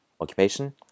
occupation